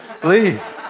please